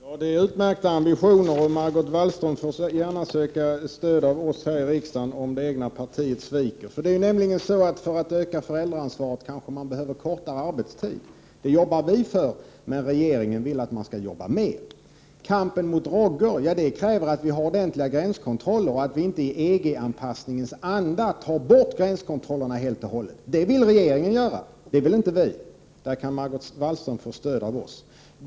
Herr talman! Det är utmärkta ambitioner, och Margot Wallström får gärna söka stöd hos oss här i riksdagen om det egna partiet sviker. Det är nämligen så att för att öka föräldraansvaret kanske man behöver kortare arbetstid. Det arbetar vi för, men regeringen vill att man skall jobba mer. Kampen mot droger kräver att vi har ordentliga gränskontroller och inte i EG-anpassningens anda tar bort gränskontrollerna helt och hållet. Det vill regeringen göra; det vill inte vi. Där kan Margot Wallström också få stöd hos oss.